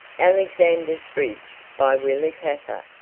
alexander's bridge by willa cather